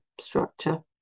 structure